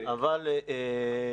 קודם כול,